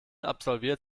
absolviert